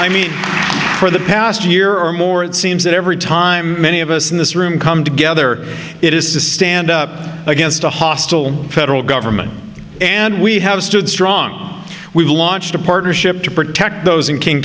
i mean for the past year or more it seems that every time many of us in this room come together it is to stand up against a high federal government and we have stood strong we launched a partnership to protect those in king